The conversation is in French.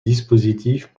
dispositif